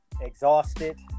exhausted